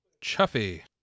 Chuffy